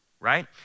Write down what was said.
right